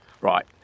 Right